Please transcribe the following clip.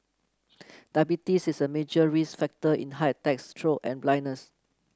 diabetes is a major risk factor in heart attacks stroke and blindness